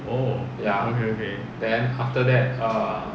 oh okay okay